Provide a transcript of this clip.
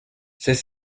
c’est